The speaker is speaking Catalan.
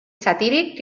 satíric